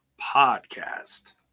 Podcast